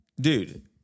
Dude